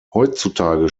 heutzutage